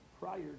prior